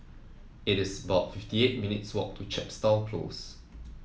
it is about fifty eight minutes' walk to Chepstow Close